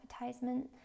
advertisement